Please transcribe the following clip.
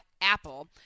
apple